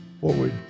forward